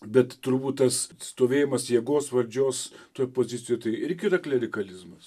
bet turbūt tas stovėjimas jėgos valdžios toje pozicijoje tai irgi klerikalizmas